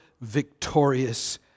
victorious